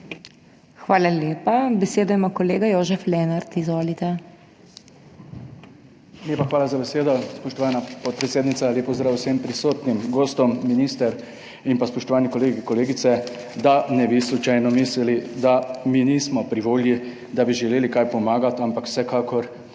Hvala lepa. Besedo ima kolega Jožef Lenart. Izvolite. **JOŽEF LENART (PS SDS):** Lepa hvala za besedo, spoštovana podpredsednica. Lep pozdrav vsem prisotnim gostom, minister in pa spoštovani kolegi in kolegice. Da ne bi slučajno mislili, da mi nismo pri volji, da bi želeli kaj pomagati, ampak vsekakor